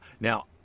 Now